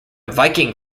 viking